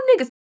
niggas